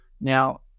now